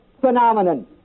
phenomenon